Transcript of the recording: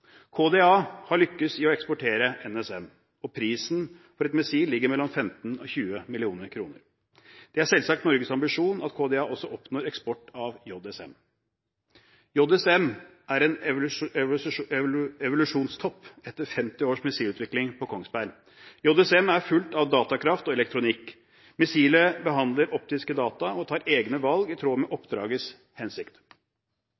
KDA har lyktes i å eksportere NSM, og prisen for et missil ligger mellom 15 mill. kr og 20 mill. kr. Det er selvsagt Norges ambisjon at KDA også oppnår eksport av JSM. JSM er en evolusjonstopp etter 50 års missilutvikling på Kongsberg. JSM er fullt av datakraft og elektronikk. Missilet behandler optiske data og tar egne valg i tråd med